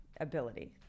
ability